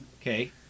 Okay